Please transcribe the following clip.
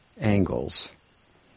angles